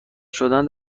شدن